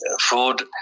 food